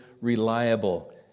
reliable